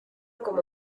como